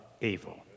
evil